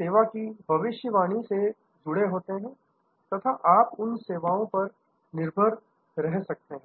सेवा की भविष्यवाणीसे जुड़े होते हैं तथा आप उन सेवाओं पर निर्भर रह सकते हैं